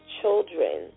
children